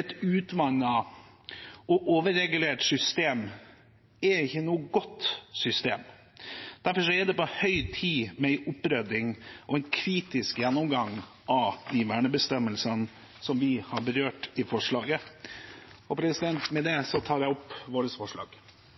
Et utvannet og overregulert system er ikke noe godt system. Derfor er det på høy tid med en opprydding og en kritisk gjennomgang av de vernebestemmelsene som vi har berørt i forslaget. Med dette tar jeg opp våre forslag